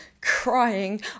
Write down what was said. crying